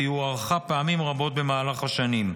והיא הוארכה פעמים רבות במהלך השנים.